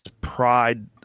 pride